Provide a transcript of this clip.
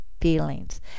feelings